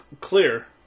clear